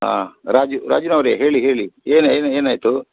ಹಾಂ ರಾಜೀವ್ ರಾಜಿನವರೆ ಹೇಳಿ ಹೇಳಿ ಏನು ಏನು ಏನಾಯಿತು